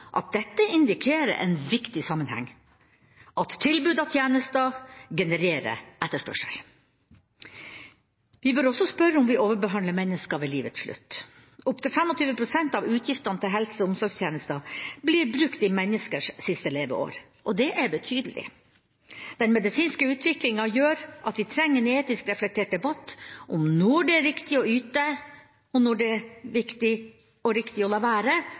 at dette indikerer en viktig sammenheng, at tilbud av tjenester genererer etterspørsel. Vi bør også spørre om vi overbehandler mennesker ved livets slutt. Opptil 25 pst. av utgiftene til helse- og omsorgstjenester blir brukt i menneskers siste leveår, og det er betydelig. Den medisinske utviklinga gjør at vi trenger en etisk reflektert debatt om når det er riktig å yte og når det er riktig – og viktig – å la være